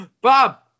bob